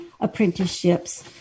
apprenticeships